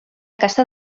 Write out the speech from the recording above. caça